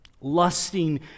lusting